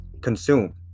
consume